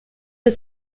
but